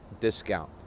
discount